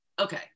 okay